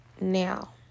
now